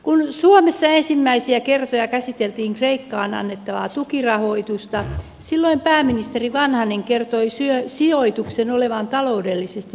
kun suomessa ensimmäisiä kertoja käsiteltiin kreikkaan annettavaa tukirahoitusta silloin pääministeri vanhanen kertoi sijoituksen olevan taloudellisesti tuottavan